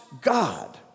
God